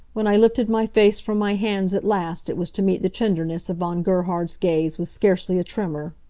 when i lifted my face from my hands at last it was to meet the tenderness of von gerhard's gaze with scarcely a tremor.